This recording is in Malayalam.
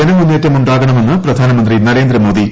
ജനമുന്നേറ്റം ഉണ്ടാകണമെന്ന് പ്രധാനമന്ത്രി നരേന്ദ്രമോദി